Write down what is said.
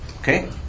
Okay